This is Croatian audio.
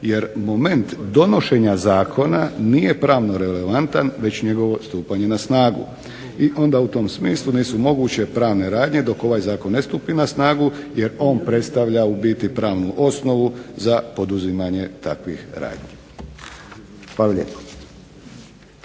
jer moment donošenja zakona nije pravno relevantan već njegovo stupanje na snagu. I onda u tom smislu nisu moguće pravne radnje dok ovaj Zakon ne stupi na snagu jer on predstavlja u biti pravnu osnovu za poduzimanje takvih radnji. Hvala lijepo.